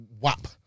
WAP